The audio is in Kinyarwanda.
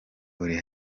uri